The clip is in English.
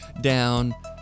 Down